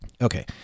Okay